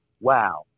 wow